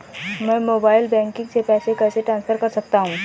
मैं mobile banking से पैसे कैसे ट्रांसफर कर सकता हूं?